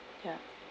ya